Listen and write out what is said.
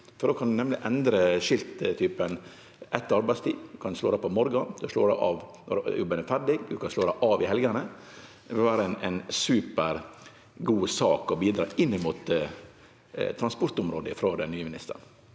Då kan ein nemleg endre skilttypen etter arbeidstid. Ein kan slå dei på om morgonen og slå dei av når jobben er ferdig, og ein kan slå dei av i helgane. Det ville vere ei supergod sak å bidra med på transportområdet frå den nye ministeren.